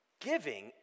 giving